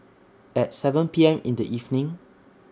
At seven P M in The evening